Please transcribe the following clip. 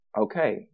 okay